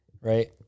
right